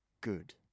Good